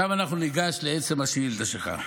עכשיו אנחנו ניגש לעצם השאילתה שלך.